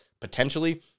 potentially